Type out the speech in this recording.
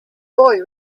boy